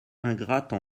ingrates